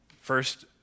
First